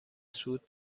صعود